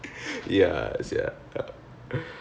ya sia ya